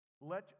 let